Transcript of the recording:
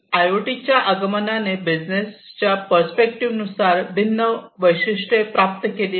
I O T च्या आगमनाने बिझनेसच्या पर्स्पेक्टिव्ह नुसार भिन्न वैशिष्ट्ये प्राप्त केली आहेत